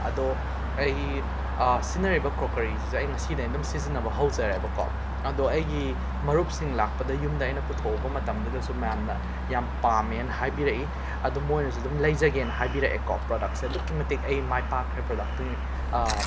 ꯑꯗꯣ ꯑꯩ ꯁꯤꯖꯤꯟꯅꯔꯤꯕ ꯀ꯭ꯔꯣꯀꯔꯤꯁꯤꯁꯨ ꯉꯁꯤꯗꯩꯅ ꯑꯗꯨꯝ ꯁꯤꯖꯤꯟꯅꯕ ꯍꯧꯖꯔꯦꯕꯀꯣ ꯑꯗꯣ ꯑꯩꯒꯤ ꯃꯔꯨꯞꯁꯤꯡ ꯂꯥꯛꯄꯗ ꯌꯨꯝꯗ ꯑꯩꯅ ꯄꯨꯊꯣꯛꯂꯨꯕ ꯃꯇꯝꯗꯨꯗꯁꯨ ꯃꯌꯥꯝꯗ ꯌꯥꯝꯅ ꯄꯥꯝꯃꯦꯅ ꯍꯥꯏꯕꯤꯔꯛꯏ ꯑꯗꯨ ꯃꯣꯏꯅꯁꯨ ꯑꯗꯨꯝ ꯂꯩꯖꯒꯦꯅ ꯍꯥꯏꯕꯤꯔꯛꯑꯦꯀꯣ ꯄ꯭ꯔꯗꯛꯁꯦ ꯑꯗꯨꯛꯀꯤ ꯃꯇꯤꯛ ꯑꯩ ꯃꯥꯏꯄꯥꯛꯈ꯭ꯔꯦ ꯄ꯭ꯔꯗꯛꯇꯨꯒꯤ